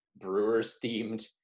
Brewers-themed